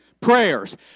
prayers